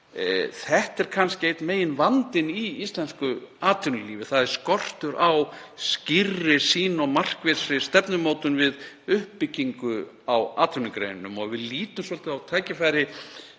Þetta er kannski einn meginvandinn í íslensku atvinnulífi, þ.e. skortur á skýrri sýn og markvissri stefnumótun við uppbyggingu á atvinnugreinum og að við lítum svolítið á tækifæri